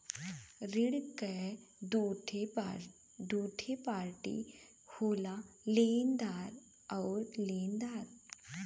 ऋण क दूठे पार्टी होला लेनदार आउर देनदार